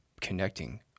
connecting